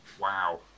wow